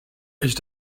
ich